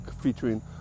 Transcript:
featuring